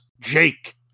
Jake